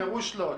זה בפירוש לא.